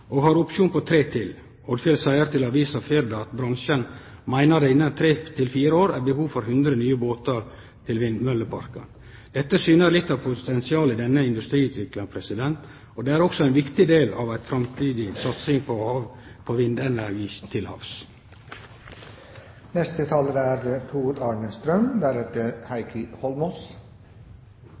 og har opsjon på tre til. Odfjell seier til avisa Firda at bransjen meiner at det innan tre–fire år er behov for 100 nye båtar til vindmølleparkane. Det syner litt av potensialet i denne industriutviklinga, og det er også ein viktig del av ei framtidig satsing på vindenergi til